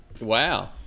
Wow